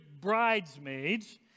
bridesmaids